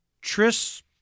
Tris